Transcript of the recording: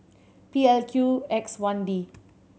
P L Q X one D